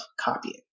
copying